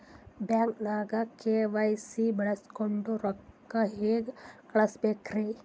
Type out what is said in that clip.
ಬ್ಯಾಂಕ್ದಾಗ ಕೆ.ವೈ.ಸಿ ಬಳಸ್ಕೊಂಡ್ ರೊಕ್ಕ ಹೆಂಗ್ ಕಳಸ್ ಬೇಕ್ರಿ?